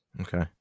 Okay